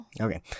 Okay